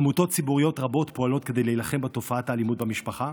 עמותות ציבוריות רבות פועלות כדי להילחם בתופעת האלימות במשפחה,